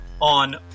on